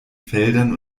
feldern